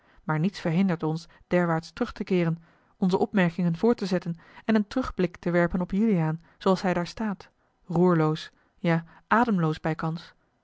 maar niets verhindert ons derwaarts terug te keeren onze opmerkingen voort te zetten en een terugblik te werpen op juliaan zooals hij daar staat roerloos ja ademloos bijkans